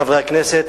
חברי חברי הכנסת,